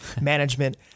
management